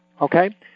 okay